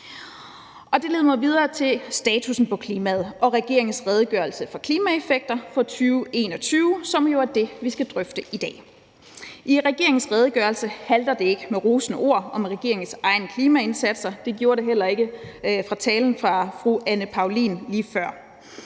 Det leder mig videre til statussen på klimaet og regeringens redegørelse for klimaeffekter for 2021, som jo er det, vi skal drøfte i dag. I regeringens redegørelse halter det ikke med rosende ord om regeringens egne klimaindsatser. Det gjorde det heller ikke i talen fra fru Anne Paulin lige før.